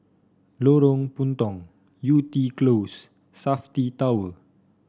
Lorong Puntong Yew Tee Close Safti Tower